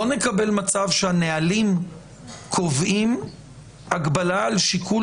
לא נקבל מצב שהנהלים קובעים הגבלה על שיקול